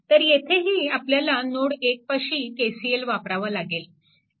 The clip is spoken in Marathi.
तर येथेही आपल्याला नोड 1 पाशी KCL वापरावा लागेल